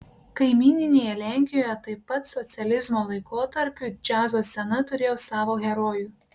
kaimyninėje lenkijoje taip pat socializmo laikotarpiu džiazo scena turėjo savo herojų